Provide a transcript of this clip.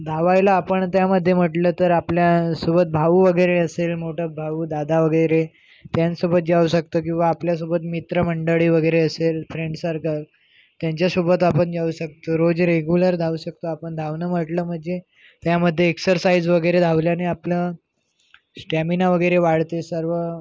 धावायला आपण त्यामध्ये म्हटलं तर आपल्यासोबत भाऊ वगैरे असेल मोठा भाऊ दादा वगैरे त्यांनसोबत जाऊ शकतो किंवा आपल्यासोबत मित्रमंडळी वगैरे असेल फ्रेंड सर्कल त्यांच्यासोबत आपण जाऊ शकतो रोज रेगुलर धावू शकतो आपण धावणं म्हटलं म्हणजे त्यामध्ये एक्सरसाईज वगैरे धावल्याने आपलं स्टॅमिना वगैरे वाढते सर्व